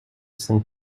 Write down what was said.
saint